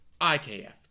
IKF